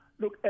Look